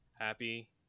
happy